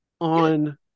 on